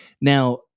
Now